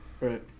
Right